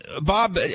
Bob